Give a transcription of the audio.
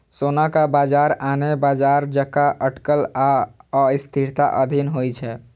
सोनाक बाजार आने बाजार जकां अटकल आ अस्थिरताक अधीन होइ छै